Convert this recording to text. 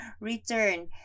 return